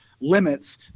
Limits